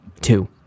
Two